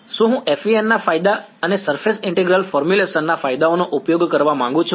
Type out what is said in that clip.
શું હું FEM ના ફાયદા અને સરફેસ ઇન્ટિગ્રલ ફોર્મ્યુલેશન ના ફાયદાઓનો ઉપયોગ કરવા માંગુ છું